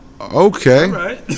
okay